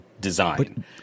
design